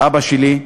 אבא שלי,